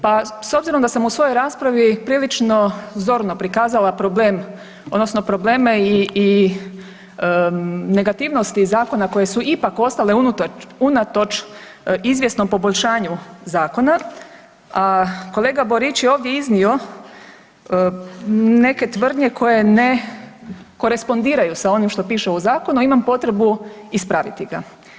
Pa s obzirom da sam u svojoj raspravi prilično zorno prikazala problem, odnosno probleme i negativnosti zakona koje su ipak ostale unatoč izvjesnom poboljšanju zakona a kolega Borić je ovdje iznio neke tvrdnje koje ne korespondiraju sa onim što piše u zakonu, a imam potrebu ispraviti ga.